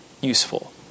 useful